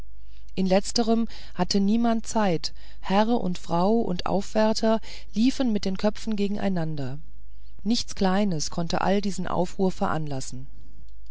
in letzterem hatte niemand zeit herr und frau und aufwärter liefen mit den köpfen gegeneinander nichts kleines konnte all diesen aufruhr veranlassen